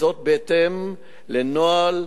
בהתאם לנוהל